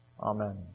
Amen